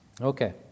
Okay